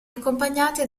accompagnate